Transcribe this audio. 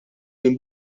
minn